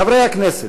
חברי הכנסת,